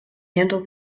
handle